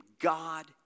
God